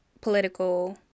political